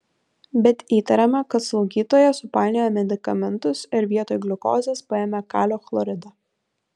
bet įtariama kad slaugytoja supainiojo medikamentus ir vietoj gliukozės paėmė kalio chloridą